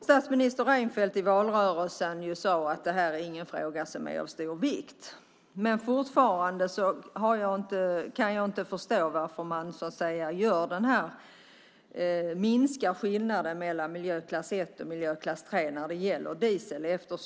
Statsminister Reinfeldt sade ju i valrörelsen att det inte var en fråga av stor vikt. Jag kan dock fortfarande inte förstå varför man minskar skillnaden mellan miljöklass 1 och miljöklass 3 när det gäller diesel.